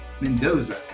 Mendoza